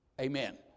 Amen